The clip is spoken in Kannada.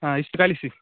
ಹಾಂ ಇಷ್ಟು ಕಳಿಸಿ